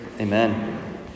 amen